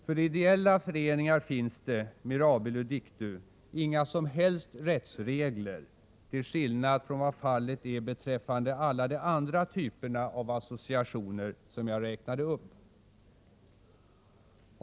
För ideella föreningar finns det, mirabile dictu, inga som helst rättsregler, till skillnad från vad fallet är beträffande alla de andra typerna av associationer som jag räknade upp.